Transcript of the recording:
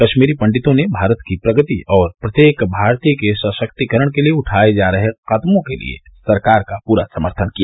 कश्मीरी पड़ितों ने भारत की प्रगति और प्रत्येक भारतीय के सशक्तिकरण के लिए उठाये जा रहे कदमों के लिए सरकार का पूरा समर्थन किया